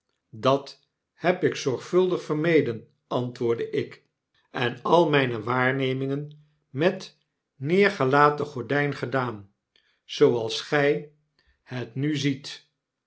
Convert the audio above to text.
dat heb ik zorgvuldig vermeden antwoordde ik en al myne waarnemingen met neergelaten gordyn gedaan zooals gy het nu ziet